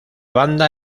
banda